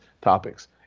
topics